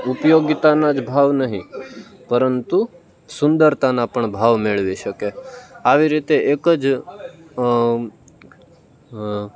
ઉપયોગિતાનો જ ભાવ નહીં પરંતુ સુંદરતાના પણ ભાવ મેળવી શકે આવી એક જ